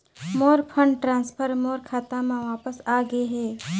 मोर fund transfer मोर खाता म वापस आ गे हे